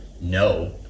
no